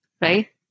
right